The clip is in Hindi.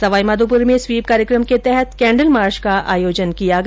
सवाईमाधोपुर में स्वीप कार्यक्रम के अंतर्गत कैंडल मार्च का आयोजन किया गया